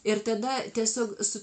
ir tada tiesiog su